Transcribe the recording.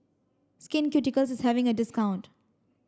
Skin Ceuticals is having a discount